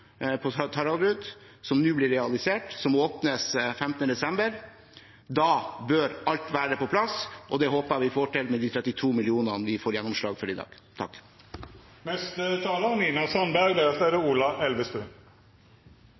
som nå blir realisert, og det åpnes 15. desember. Da bør alt være på plass, og det håper jeg vi får til med de 32 mill. kr vi får gjennomslag for i dag.